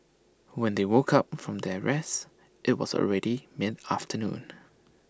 when they woke up from their rest IT was already mid afternoon